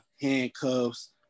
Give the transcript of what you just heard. handcuffs